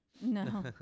No